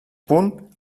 punt